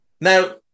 Now